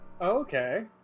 Okay